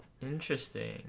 Interesting